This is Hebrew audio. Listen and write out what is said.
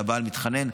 והבעל מתחנן.